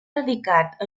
dedicat